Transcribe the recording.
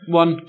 one